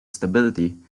stability